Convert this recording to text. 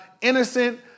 Innocent